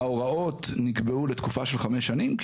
ההוראות נקבעו לתקופה של חמש שנים,